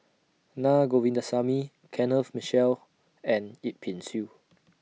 Na Govindasamy Kenneth Mitchell and Yip Pin Xiu